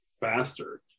faster